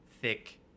thick